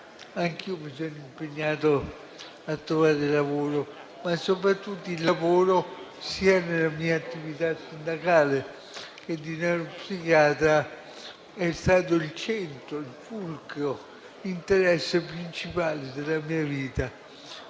anch'io mi sono impegnato a trovare lavoro. Soprattutto il lavoro, nella mia attività sia sindacale sia di neuropsichiatria, è stato il centro, il fulcro e l'interesse principale della mia vita.